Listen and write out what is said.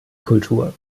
kultur